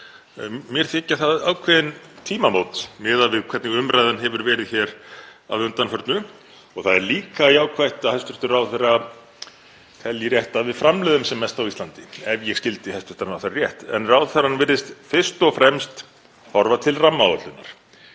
Mér þykja það ákveðin tímamót miðað við hvernig umræðan hefur verið hér að undanförnu. Það er líka jákvætt að hæstv. ráðherra telji rétt að við framleiðum sem mest á Íslandi, ef ég skildi hæstv. ráðherra rétt. En ráðherrann virðist fyrst og fremst horfa til rammaáætlunar.